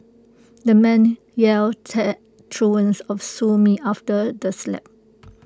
the man yelled taunts of sue me after the slap